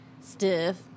stiff